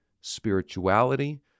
spirituality